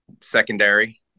Secondary